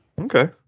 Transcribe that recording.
Okay